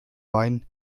wein